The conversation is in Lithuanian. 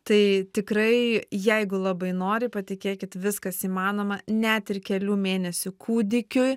tai tikrai jeigu labai nori patikėkit viskas įmanoma net ir kelių mėnesių kūdikiui